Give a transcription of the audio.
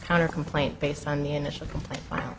counter complaint based on the initial complaint